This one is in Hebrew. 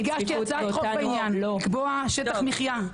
אני הגשתי הצעת חוק בעניין: לקבוע שטח מחיה,